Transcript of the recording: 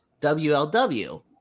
WLW